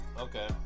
Okay